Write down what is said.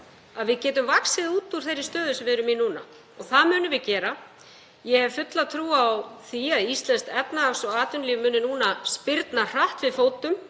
að við getum vaxið út úr þeirri stöðu sem við erum í núna og það munum við gera. Ég hef fulla trú á því að íslenskt efnahags- og atvinnulíf muni núna spyrna hratt við fótum